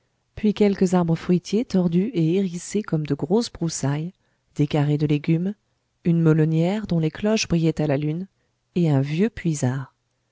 puis quelques arbres fruitiers tordus et hérissés comme de grosses broussailles des carrés de légumes une melonnière dont les cloches brillaient à la lune et un vieux puisard